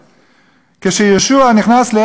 כשיהושע נכנס לארץ-ישראל,